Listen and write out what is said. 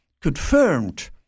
confirmed